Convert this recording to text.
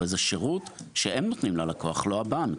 הרי זה שירות שהם נותנים ללקוח, לא הבנק.